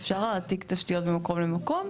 אפשר להעביר תשתיות ממקום למקום.